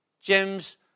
James